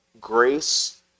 grace